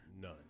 None